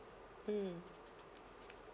mm